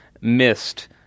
missed